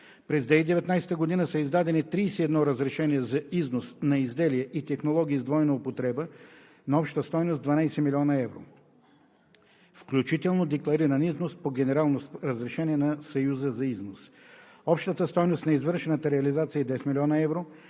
През 2019 г. са издадени 31 разрешения за износ на изделия и технологии с двойна употреба на обща стойност 12 млн. евро, включително деклариран износ по Генерално разрешение на Съюза за износ. Общата стойност на извършената реализация е 10 млн. евро.